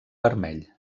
vermell